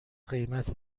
قیمت